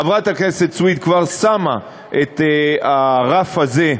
חברת הכנסת סויד כבר שמה את הרף הזה,